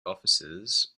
offices